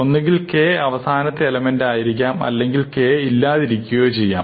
ഒന്നുകിൽ k അവസാനത്തെ element ആയിരിക്കാം അല്ലെങ്കിൽ k ഇല്ലാതിരിക്കുകയോ ചെയ്യാം